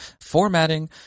formatting